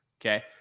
Okay